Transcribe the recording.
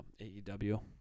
AEW